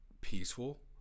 peaceful